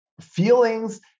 feelings